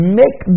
make